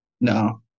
No